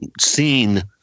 seen